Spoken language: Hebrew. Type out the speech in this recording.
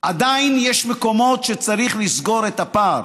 עדיין יש מקומות שצריך לסגור את הפער,